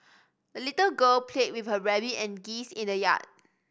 the little girl played with her rabbit and geese in the yard